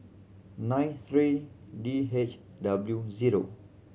nine three D H W zero